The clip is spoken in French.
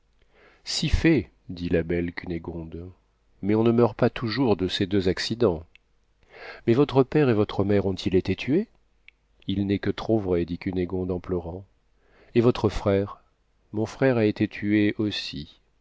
si fait dit la belle cunégonde mais on ne meurt pas toujours de ces deux accidents mais votre père et votre mère ont-ils été tués il n'est que trop vrai dit cunégonde en pleurant et votre frère mon frère a été tué aussi